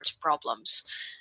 problems